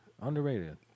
Underrated